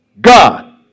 God